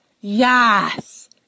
yes